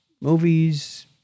Movies